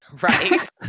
Right